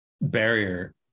barrier